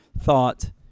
thought